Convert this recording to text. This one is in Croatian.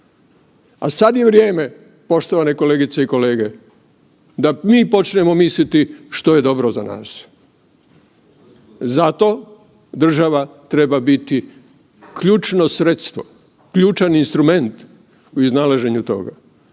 A sada je vrijeme poštovane kolegice i kolege da mi počnemo misliti što je dobro za nas. Zato država treba biti ključno sredstvo, ključan instrument u iznalaženju toga.